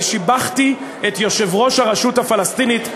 אני שיבחתי את יושב-ראש הרשות הפלסטינית,